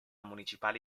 municipale